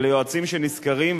אלה יועצים שנשכרים,